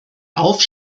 auf